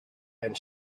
and